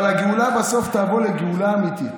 אבל הגאולה בסוף תעבור לגאולה אמיתית,